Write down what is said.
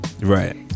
right